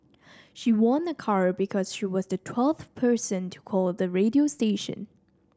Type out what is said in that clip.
she won a car because she was the twelfth person to call the radio station